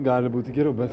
gali būti geriau bet